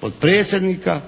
potpredsjednika